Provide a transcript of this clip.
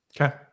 Okay